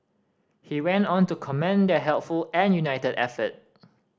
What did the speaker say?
he went on to commend their helpful and united effort